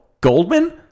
Goldman